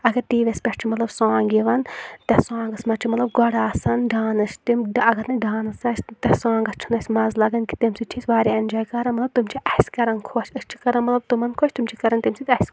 اگر TV یَس پٮ۪ٹھ چھِ مطلب سونٛگ یِوَان تَتھ سونٛگَس منٛز چھُ مطلب گۄڈٕ آسَان ڈانٕس تِم اَگَر نہٕ ڈانٕس آسہِ تَتھ سونٛگَس چھُنہٕ اَسہِ مَزٕ لَگَان کہِ تمہِ سۭتۍ چھِ أسۍ واریاہ اٮ۪نجاے کَران مَطلَب تِم چھِ اَسہِ کَرَان خۄش أسۍ چھِ کَرَان مطلب تِمَن خۄش تِم چھِ کَرَان تمہِ سۭتۍ اَسہِ خۄش